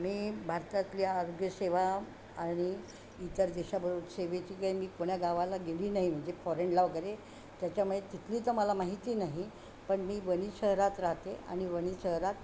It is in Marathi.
मी भारतातली आरोग्यसेवा आणि इतर देशभर सेवेची काही मी कुण्या गावाला गेली नाही म्हणजे फॉरेनला वगैरे त्याच्यामुळे तिथली तर मला माहिती नाही पण मी वनी शहरात राहते आणि वनी शहरात